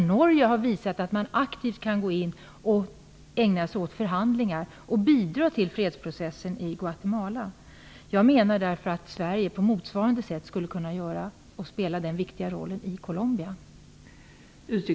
Norge har visat att det går att aktivt gå in och ägna sig åt förhandlingar och bidra till fredsprocessen i Guatemala. Jag menar att Sverige skall kunna spela den motsvarande viktiga rollen i